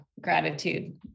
gratitude